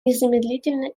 незамедлительно